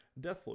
Deathloop